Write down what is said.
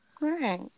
Right